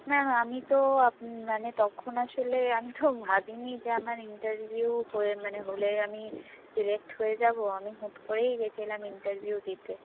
ma'am আমি তো আপ মানে তখন আসলে আমি তো ভাবি নি যে আমার ইন্টারভিউ হয়ে মানে হলে আমি সিলেক্ট হয়ে যাবো আমি হুট করেই গেছিলাম ইন্টারভিউ দিতে